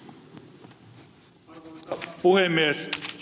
arvoisa puhemies